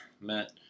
Matt